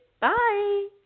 Bye